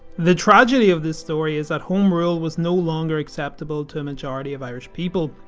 the tragedy of this story is that home rule was no longer acceptable to a majority of irish people.